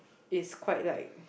is quite like